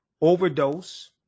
overdose